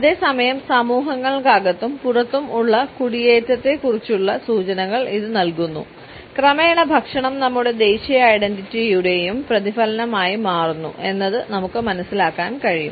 അതേസമയം സമൂഹങ്ങൾക്കകത്തും പുറത്തും ഉള്ള കുടിയേറ്റത്തെക്കുറിച്ചുള്ള സൂചനകൾ ഇത് നൽകുന്നു ക്രമേണ ഭക്ഷണം നമ്മുടെ ദേശീയ ഐഡന്റിറ്റിയുടെയും പ്രതിഫലനമായി മാറുന്നു എന്നത് നമുക്ക് മനസ്സിലാക്കാൻ കഴിയും